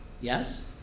Yes